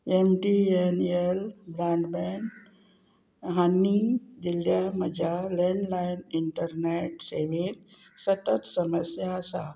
M T N L broadband हांनी दिल्ल्या म्हज्या लँडलायन इंटरनेट सेवेंत सतत समस्या आसा